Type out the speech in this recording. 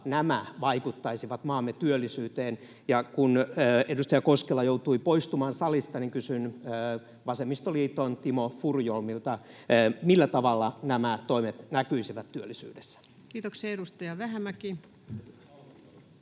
vaikuttaisi maamme työllisyyteen? — Ja kun edustaja Koskela joutui poistumaan salista, niin kysyn vasemmistoliiton Timo Furuholmilta: millä tavalla nämä toimet näkyisivät työllisyydessä? Kiitoksia. — Edustaja Vähämäki.